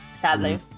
sadly